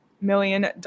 million